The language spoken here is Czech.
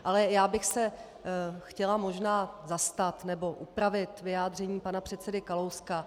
Ale já bych se chtěla možná zastat, nebo upravit vyjádření pana předsedy Kalouska.